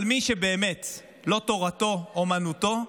אבל מי שבאמת לא תורתו אומנותו,